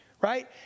right